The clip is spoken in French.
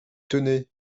tenez